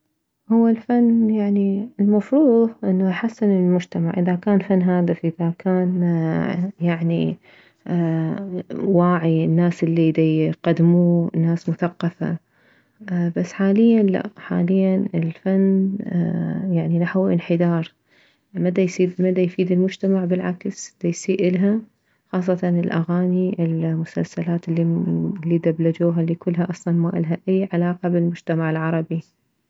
هو الفن يعني المفروض انه يحسن المجتمع اذا كان فن هادف اذا كان يعني واعي الناس الي ديقدموه ناس مثقفة بس حاليا لا حاليا الفن يعني نحو انحدار مديسيد مديفيد المجتمع بالعكس ديسيء الها خاصة الاغاني المسلسلات الي الي دبلجوها الي ما الها اصلا اي علاقة بالمجتمع العربي